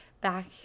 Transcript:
back